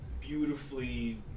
beautifully